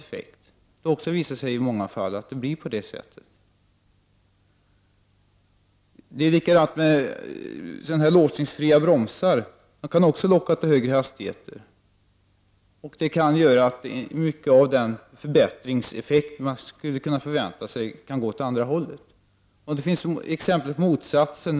Det har i många fall visat sig att det också blir på det sättet. Det är likadant med låsningsfria bromsar. De kan också locka till högre hastigheter, vilket kan göra att mycket av den förväntade förbättringseffekten kan gå åt motsatt håll. Det finns även exempel på motsatsen.